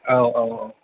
औ औ